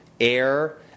air